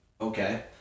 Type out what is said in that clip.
Okay